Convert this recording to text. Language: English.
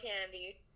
Candy